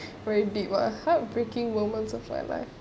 very deep lah heartbreaking moments of my life